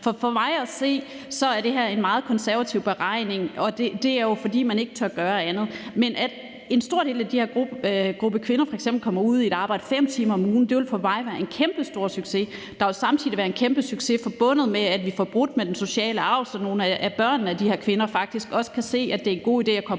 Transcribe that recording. for mig at se er det her en meget konservativ beregning. Og det er jo, fordi man ikke tør gøre andet. Men at en stor del af den her gruppe kvinder f.eks. kommer ud i et arbejde 5 timer om ugen, vil for mig være en kæmpestor succes. Der vil samtidig være en kæmpe succes forbundet med, at vi får brudt med den sociale arv, så nogle af børnene af de her kvinder faktisk også kan se, at det er en god idé at komme